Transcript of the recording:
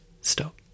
Stop